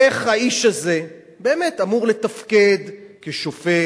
איך האיש הזה באמת אמור לתפקד כשופט,